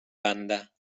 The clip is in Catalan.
banda